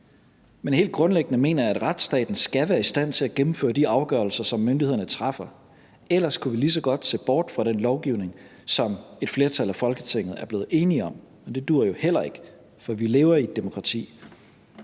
Men helt grundlæggende mener jeg, at retsstaten skal være i stand til at gennemføre de afgørelser, som myndighederne træffer, for ellers kunne vi lige så godt se bort fra den lovgivning, som et flertal i Folketinget er blevet enige om, og det duer jo heller ikke, for vi lever i et demokrati.